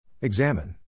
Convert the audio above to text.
Examine